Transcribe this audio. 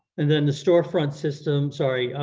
and then the storefront system, sorry,